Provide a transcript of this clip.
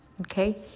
okay